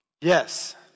Yes